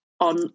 on